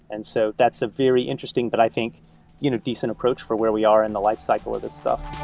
and so that's a very interesting, but i think you know decent approach for where we are in the lifecycle of this stuff